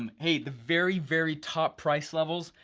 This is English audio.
um hey, the very, very top price levels,